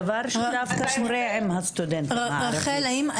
דבר שדווקא קורה עם הסטודנטים הערבים.